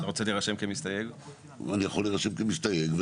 אני יכול להירשם כמסתייג.